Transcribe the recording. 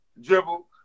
Dribble